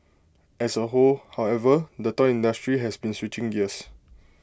as A whole however the toy industry has been switching gears